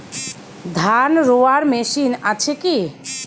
ধান রোয়ার মেশিন আছে কি?